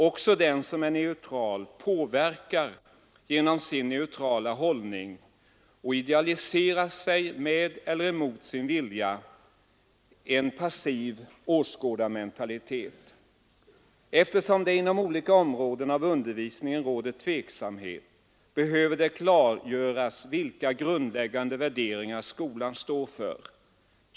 Också den som är neutral påverkar genom sin neutrala hållning och idealiserar med eller mot sin vilja en passiv åskådarmentalitet. Eftersom det inom olika områden av undervisningen råder tveksamhet, behöver det klargöras vilka grundläggande värderingar skolan står för.